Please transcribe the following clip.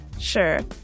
Sure